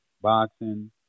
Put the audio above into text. boxing